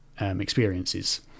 experiences